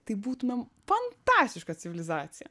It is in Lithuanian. tai būtumėm fantastiška civilizacija